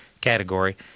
category